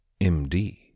MD